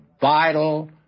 vital